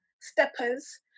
steppers